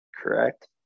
Correct